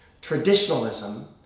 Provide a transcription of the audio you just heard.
Traditionalism